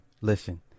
listen